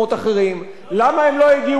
למה הם לא הגיעו לייעוד שלהם,